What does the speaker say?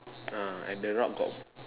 ah at the rock got